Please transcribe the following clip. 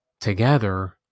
together